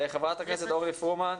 חברת הכנסת אורלי פרומן,